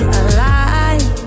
alive